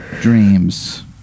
Dreams